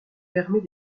permet